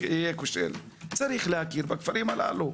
יש להכיר בכפרים האלה.